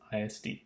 ISD